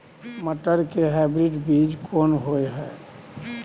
मटर के हाइब्रिड बीज कोन होय है?